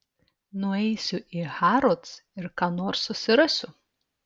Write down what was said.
nueisiu į harrods ir ką nors susirasiu